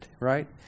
right